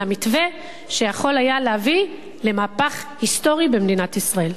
למתווה שיכול היה להביא למהפך היסטורי במדינת ישראל.